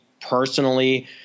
personally